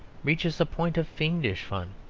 reaches a point of fiendish fun.